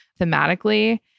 thematically